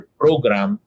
program